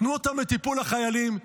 תנו אותם לטיפול בחיילים.